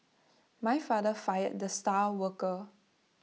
my father fired the star worker